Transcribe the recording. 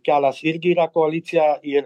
kelias irgi yra koalicija ir